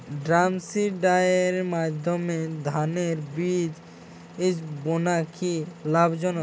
ড্রামসিডারের মাধ্যমে ধানের বীজ বোনা কি লাভজনক?